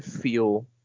feel